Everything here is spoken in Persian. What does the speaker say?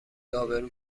ابرو